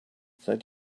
seit